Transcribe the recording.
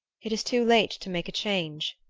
it is too late to make a change.